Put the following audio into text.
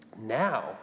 now